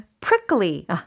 prickly